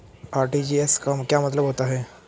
RTGS का क्या मतलब होता है?